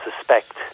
suspect